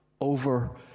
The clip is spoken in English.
over